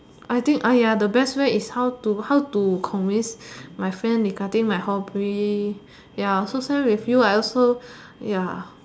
I think ah ya the best way is how to how to convince my friend regarding my hobby ya I also same with you I also ya